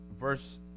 verse